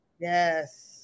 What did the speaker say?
Yes